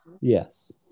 yes